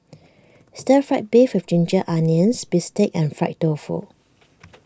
Stir Fry Beef with Ginger Onions Bistake and Fried Tofu